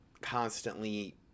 constantly